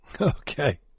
Okay